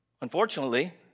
Unfortunately